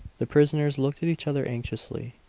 the prisoners looked at each other anxiously.